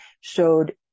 showed